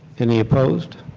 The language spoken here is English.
any opposed?